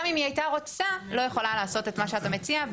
גם אם היא הייתה רוצה היא לא יכולה לעשות את מה שאתה מציע,